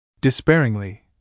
Despairingly